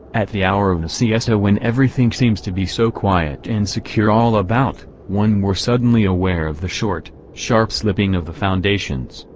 at the hour of the siesta when everything seems to be so quiet and secure all about, one were suddenly aware of the short, sharp slipping of the foundations,